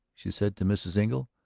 she said to mrs. engle,